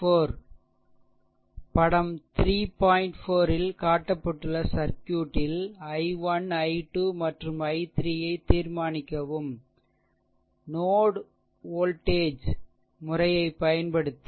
எனவேபடம் 3 இல் காட்டப்பட்டுள்ள சர்க்யூட்ல் i1 i2மற்றும் i3ஐதீர்மானிக்கவும் நோட் வோல்டேஜ் முறையைப் பயன்படுத்தி